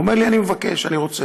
הוא אומר לי: אני מבקש, אני רוצה.